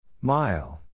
Mile